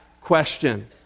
question